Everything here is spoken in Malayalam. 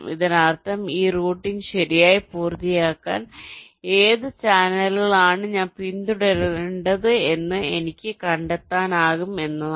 ഇതിനർത്ഥം ഈ റൂട്ടിംഗ് ശരിയായി പൂർത്തിയാക്കാൻ ഏത് ചാനലുകളാണ് ഞാൻ പിന്തുടരേണ്ടതെന്ന് എനിക്ക് കണ്ടെത്താനാകുമെന്നാണ്